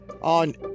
on